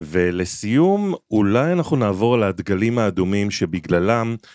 ולסיום, אולי אנחנו נעבור לדגלים האדומים שבגללם